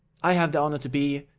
i have the honour to be,